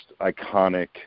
iconic